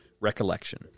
recollection